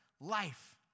life